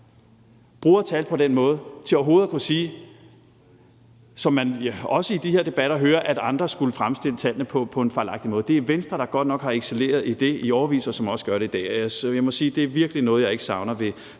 bruger tal på den måde til overhovedet at kunne sige – som vi jo også hører i de her debatter – at andre skulle fremstille tallene på en fejlagtig måde. Det er Venstre, der godt nok har excelleret i det i årevis, og som også gør det i dag. Så jeg må sige, at det virkelig er noget, jeg ikke savner ved